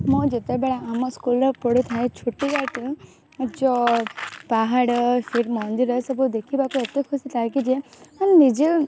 ମୁଁ ଯେତେବେଳେ ଆମ ସ୍କୁଲ୍ରେ ପଢ଼ୁ ଥାଏ ଛୁଟି ଯେହେତୁ ମୁଁ ଯୋ ପାହାଡ଼ ଫିର୍ ମନ୍ଦିର ସବୁ ଦେଖିବାକୁ ଏତେ ଖୁସି ଲାଗେ ଯେ ମୁଁ ନିଜେ